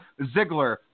Ziggler